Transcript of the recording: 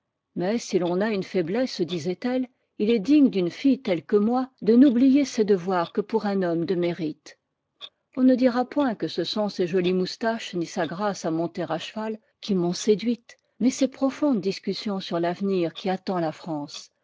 mais si l'on a une faiblesse se disait-elle il est digne d'une fille telle que moi de n'oublier ses devoirs que pour un homme de mérite on ne dira point que ce sont ses jolies moustaches ni sa grâce à monter à cheval qui m'ont séduite mais ses profondes discussions sur l'avenir qui attend la france